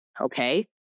okay